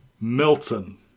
Milton